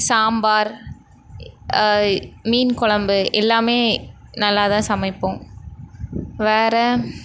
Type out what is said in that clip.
சாம்பார் மீன் குலம்பு எல்லாமே நல்லா தான் சமைப்போம் வேறு